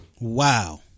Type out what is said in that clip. Wow